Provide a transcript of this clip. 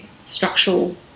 structural